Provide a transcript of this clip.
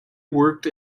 worked